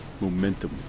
momentum